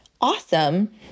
awesome